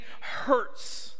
hurts